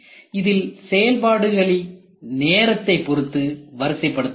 இதில் செயல்பாடுகளை நேரத்தை பொருத்து வரிசைப்படுத்தலாம்